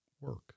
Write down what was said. work